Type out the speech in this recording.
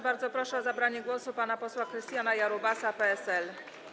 Bardzo proszę o zabranie głosu pana posła Krystiana Jarubasa, PSL.